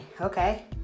okay